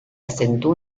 asentó